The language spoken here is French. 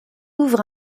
ouvre